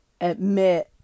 admit